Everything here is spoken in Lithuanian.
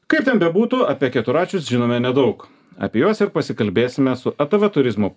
kaip ten bebūtų apie keturračius žinome nedaug apie juos ir pasikalbėsime su apie atv turizmo